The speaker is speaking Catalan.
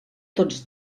tots